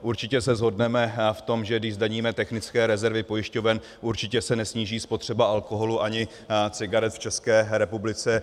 Určitě se shodneme v tom, že když zdaníme technické rezervy pojišťoven, určitě se nesníží spotřeba alkoholu ani cigaret v České republice.